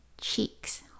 cheeks